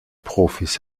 profis